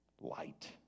light